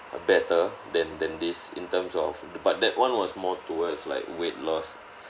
better than than this in terms of the but that one was more towards like weight loss